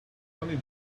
only